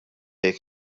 jekk